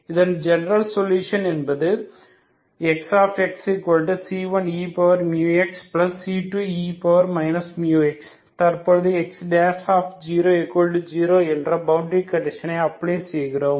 இதன் general solution என்பது Xxc1eμxc2e μx தற்போது X00 என்ற பவுண்டரி கண்டிஷனை அப்ளை செய்கிறோம்